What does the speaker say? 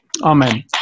Amen